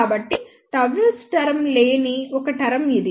కాబట్టి Γs term లేని ఒక టర్మ్ ఇది